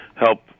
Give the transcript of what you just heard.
help